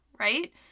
Right